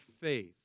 faith